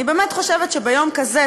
אני באמת חושבת שביום כזה,